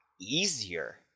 easier